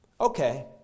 okay